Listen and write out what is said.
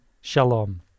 shalom